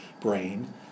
brain